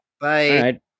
Bye